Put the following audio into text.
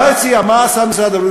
מה עשה משרד הבריאות?